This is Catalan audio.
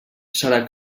serà